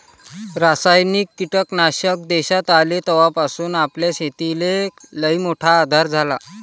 रासायनिक कीटकनाशक देशात आले तवापासून आपल्या शेतीले लईमोठा आधार झाला